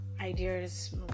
ideas